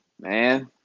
man